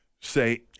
say